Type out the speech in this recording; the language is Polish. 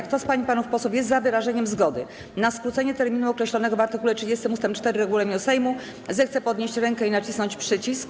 Kto z pań i panów posłów jest za wyrażeniem zgody na skrócenie terminu określonego w art. 30 ust. 4 regulaminu Sejm, zechce podnieść rękę i nacisnąć przycisk.